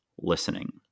listening